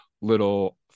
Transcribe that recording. little